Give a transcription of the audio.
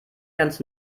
ganz